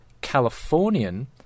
Californian